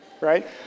right